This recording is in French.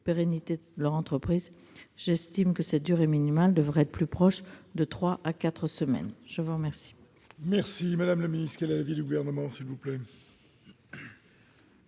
pérennité de leur entreprise, j'estime que cette durée minimale devrait être plus proche de trois à quatre semaines. Quel